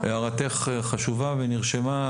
הערתך חשובה והיא נרשמה.